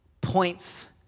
points